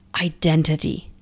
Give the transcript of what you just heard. identity